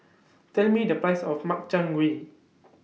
Tell Me The Price of Makchang Gui